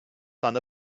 son